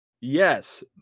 Yes